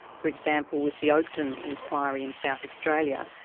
for example, with the oakden enquiry in south australia,